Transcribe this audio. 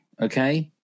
okay